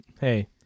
Hey